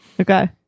Okay